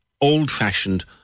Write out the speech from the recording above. old-fashioned